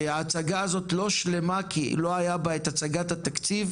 ההצגה הזאת לא שלמה כי לא היה בה את הצגת התקציב,